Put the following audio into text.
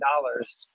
dollars